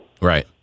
Right